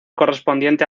correspondiente